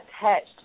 attached